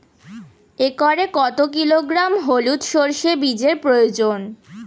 একরে কত কিলোগ্রাম হলুদ সরষে বীজের প্রয়োজন?